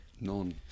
None